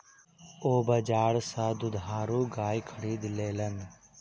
ओ बजार सा दुधारू गाय खरीद लेलैन